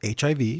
HIV